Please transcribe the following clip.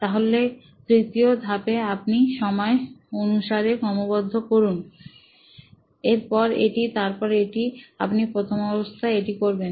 তাহলে তৃতীয় ধাপে আপনি সময় অনুসারে ক্রম বদ্ধ করুন এরপর এটি তারপর এটি আপনি প্রথমাবস্থায় এটা করবেন